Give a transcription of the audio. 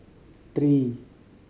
three